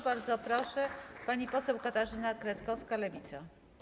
Bardzo proszę, pani poseł Katarzyna Kretkowska, Lewica.